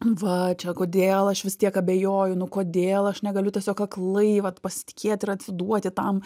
va čia kodėl aš vis tiek abejoju nu kodėl aš negaliu tiesiog aklai vat pasitikėt ir atsiduoti tam